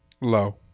Low